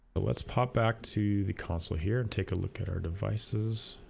but let's pop back to the console here and take a look at our devices